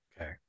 Okay